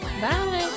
Bye